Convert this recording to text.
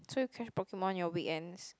so you catch pokemons your weekends